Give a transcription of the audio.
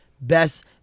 Best